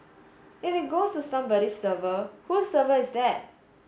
if it goes to somebody's server whose server is that